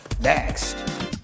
next